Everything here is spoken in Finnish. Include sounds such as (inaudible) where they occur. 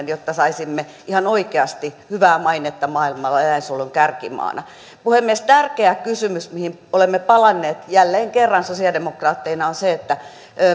(unintelligible) jotta saisimme ihan oikeasti hyvää mainetta maailmalla eläinsuojelun kärkimaana puhemies tärkeä kysymys mihin olemme palanneet jälleen kerran sosialidemokraatteina on se että